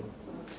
Hvala.